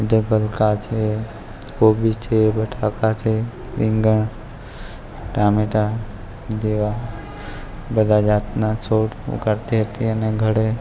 જો ગલકા છે કોબીજ છે બટાકા છે રીંગણ ટામેટાં જેવા બધા જાતના છોડ ઉગાડતી હતી અને ઘરે